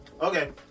Okay